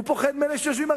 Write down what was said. הוא פוחד מאלה שיושבים פה.